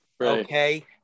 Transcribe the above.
Okay